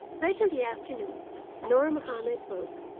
late in the afternoon nur mahomed woke,